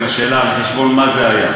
תבדוק אותי,